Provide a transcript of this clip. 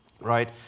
right